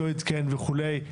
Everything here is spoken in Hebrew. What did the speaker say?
לא עדכן וכולי,